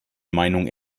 meinung